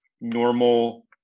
normal